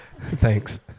Thanks